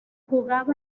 jugaba